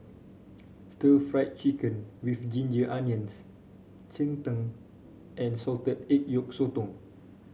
Stir Fried Chicken with Ginger Onions Cheng Tng and Salted Egg Yolk Sotong